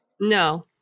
No